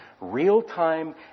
real-time